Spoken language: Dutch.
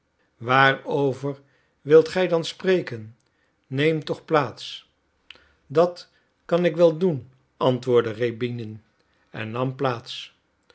waarover wilt gij dan spreken neem toch plaats dat kan ik wel doen antwoordde rjäbinin en nam plaats